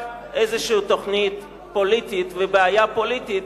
איזושהי תוכנית פוליטית ובעיה פוליטית,